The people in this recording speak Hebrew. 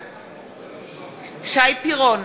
בעד שי פירון,